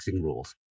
rules